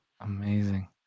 amazing